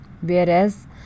whereas